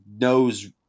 Knows